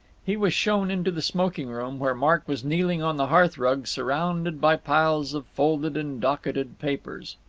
he was shown into the smoking-room, where mark was kneeling on the hearth-rug surrounded by piles of folded and docketed papers.